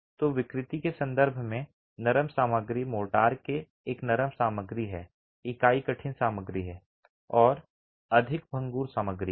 तो विकृति के संदर्भ में नरम सामग्री मोर्टार एक नरम सामग्री है इकाई कठिन सामग्री है और अधिक भंगुर सामग्री है